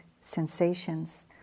sensations